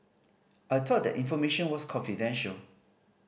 I thought that information was confidential